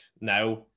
now